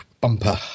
bumper